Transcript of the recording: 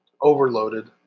overloaded